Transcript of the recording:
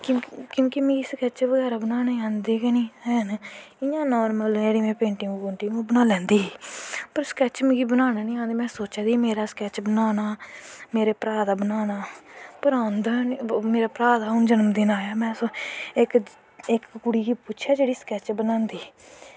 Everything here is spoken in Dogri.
क्योंकि मिगी स्कैच बगैरा बनानें आंदे गैे नेंई हैन इयां नार्मल पेंटिंग बनाई लैंदी ही पर स्कैच मिगी बनाना नी आंदा में सोचा दी ही स्कैच बनानां मेरे भ्रा दा बनाना पर आंदा गै नेंई मेरे भ्रा दा हून जन्म दिन आया में इक कुड़ी गी पुच्छेआ जेह्ड़ी स्कैच बनांदी ही